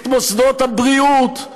את מוסדות הבריאות,